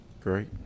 great